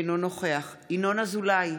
אינו נוכח ינון אזולאי,